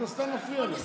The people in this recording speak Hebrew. אתה סתם מפריע לו.